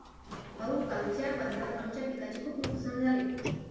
भाऊ, कालच्या वादळात आमच्या पिकाचे खूप नुकसान झाले